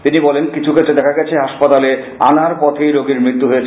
তিনি বলেন কিছুক্ষেত্রে দেখা গেছে হাসপাতালে আনার পথেই রোগীর মৃত্যু হয়েছে